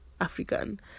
African